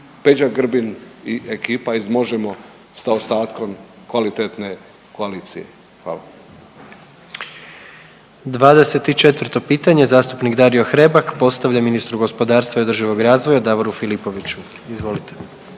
Peđa Grbin i ekipa iz MOŽEMO sa ostatkom kvalitetne koalicije. Hvala. **Jandroković, Gordan (HDZ)** 24. pitanje zastupnik Dario Hrebak postavlja ministru gospodarstva i održivog razvoja Davoru Filipoviću. Izvolite.